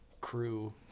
crew